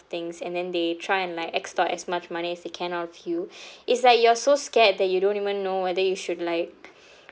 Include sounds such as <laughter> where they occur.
things and then they try and like extort as much money as they can out of you <breath> it's like you're so scared that you don't even know whether you should like